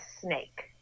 snake